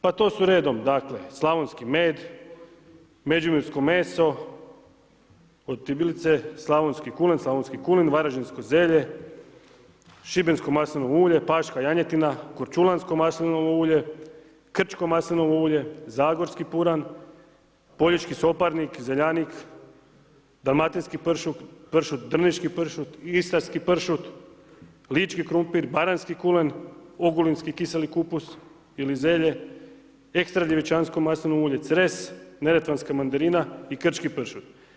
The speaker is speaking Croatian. Pa to su redom, dakle, slavonski med, Međimursko meso … slavonski kulen, slavonski kulen, varaždinsko zelje, šibensko maslinovo ulje, paška janjetina, korčulansko maslinovo ulje, krčko maslinovo ulje, zagorski puran, … soparnik, zeljanik, dalmatinski pršut, drniški pršut, istarski pršut, lički krumpir baranjski kulen, ogulinski kiseli kupus ili zelje, ekstra djevičansko maslinovo ulje Cres, neretvanska mandarina i Krčki pršut.